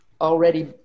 already